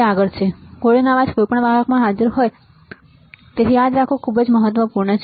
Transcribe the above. આગળ છે ગોળીનો અવાજ કોઈપણ વાહકમાં હાજર છે બરાબર તેથી તે યાદ રાખવું ખૂબ જ મહત્વપૂર્ણ છે